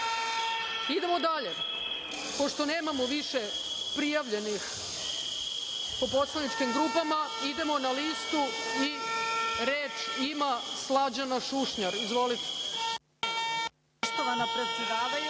mi tu za njih. Pošto nemamo više prijavljenih po poslaničkim grupama, idemo na listu. Reč ima Slađana Šušnjar. Izvolite.